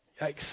Yikes